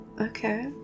okay